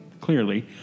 Clearly